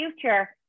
future